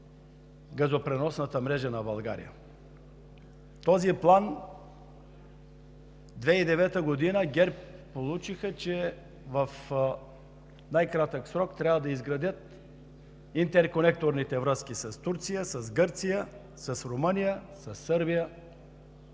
този план през 2009 г. ГЕРБ получиха, че в най-кратък срок трябва да изградят интерконекторните връзки с Турция, с Гърция, с Румъния, със Сърбия.